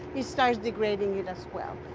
it starts degrading it as well.